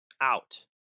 out